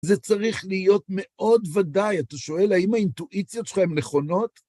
זה צריך להיות מאוד ודאי, אתה שואל האם האינטואיציות שלך הן נכונות?